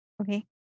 Okay